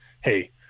Hey